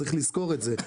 צריך לזכור את זה.